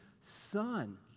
son